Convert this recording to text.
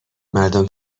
مردم